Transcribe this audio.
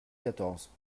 quatorze